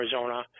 Arizona